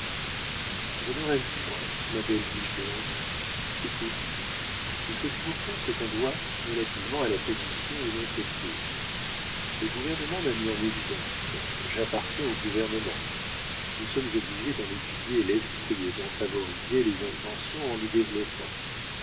je ne rêve point ma belle biche blanche écoute il faut toujours faire ce qu'on doit relativement à la position où l'on se trouve le gouvernement m'a mis en évidence j'appartiens au gouvernement nous sommes obligés d'en étudier l'esprit et d'en favoriser les intentions en les développant